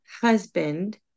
husband